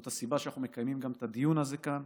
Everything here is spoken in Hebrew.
זאת הסיבה שאנחנו מקיימים גם את הדיון הזה כאן,